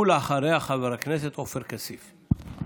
אחריה, חבר הכנסת עופר כסיף.